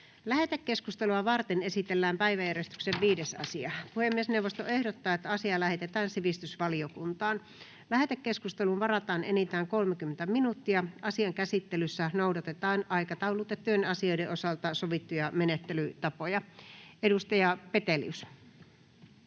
Lähetekeskustelua varten esitellään päiväjärjestyksen 5. asia. Puhemiesneuvosto ehdottaa, että asia lähetetään sivistysvaliokuntaan. Lähetekeskusteluun varataan enintään 30 minuuttia. Asian käsittelyssä noudatetaan aikataulutettujen asioiden osalta sovittuja menettelytapoja. — Edustaja Petelius.